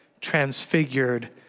transfigured